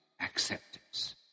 acceptance